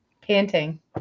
Panting